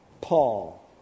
Paul